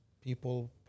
People